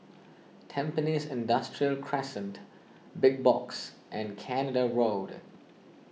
Tampines Industrial Crescent Big Box and Canada Road